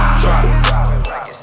drop